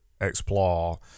explore